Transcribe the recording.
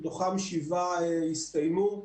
מתוכם שבעה הסתיימו.